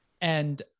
And-